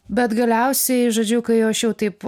bet galiausiai žodžiu kai aš jau taip